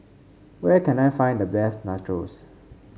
where can I find the best Nachos